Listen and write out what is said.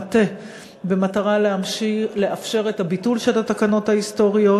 מטה במטרה לאפשר את ביטול התקנות ההיסטוריות.